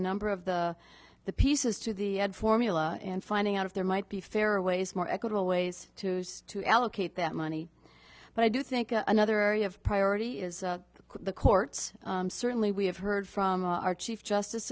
number of the the pieces to the formula and finding out if there might be fairer ways more equitable ways to use to allocate that money but i do think another area of priority is the courts certainly we have heard from our chief